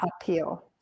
appeal